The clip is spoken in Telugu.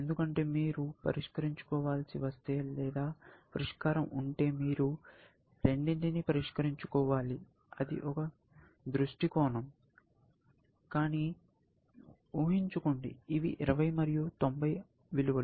ఎందుకంటే మీరు పరిష్కరించుకోవలసి వస్తే లేదా పరిష్కారం ఉంటే మీరు రెండింటినీ పరిష్కరించుకోవాలి అది ఒక దృష్టికోణం కానీ ఊహించుకోండి ఇవి 20 మరియు 90 విలువలు